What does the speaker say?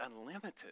unlimited